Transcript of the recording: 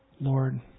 Lord